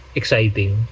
exciting